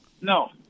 No